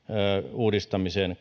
uudistamiseen